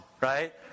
right